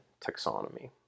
taxonomy